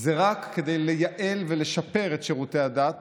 זה רק כדי לייעל ולשפר את שירותי הדת